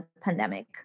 pandemic